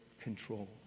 control